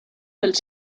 del